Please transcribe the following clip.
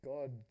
God